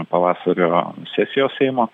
pavasario sesijos seimo